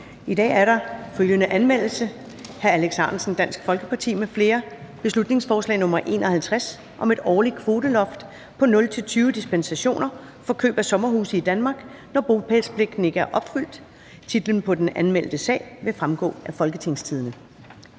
I dag er der følgende anmeldelse: Alex Ahrendtsen (DF) m.fl.: Beslutningsforslag nr. B 51 (Forslag til folketingsbeslutning om et årligt kvoteloft på 0-20 dispensationer for køb af sommerhuse i Danmark, når bopælspligten ikke er opfyldt). Titlen på den anmeldte sag vil fremgå af www.folketingstidende.dk